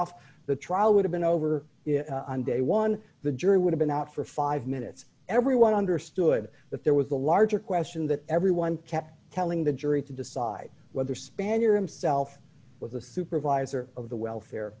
off the trial would have been over on day one the jury would have been out for five minutes everyone understood that there was a larger question that everyone kept telling the jury to decide whether spanier him self with the supervisor of the welfare